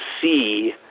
see